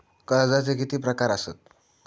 कर्जाचे किती प्रकार असात?